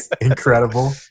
incredible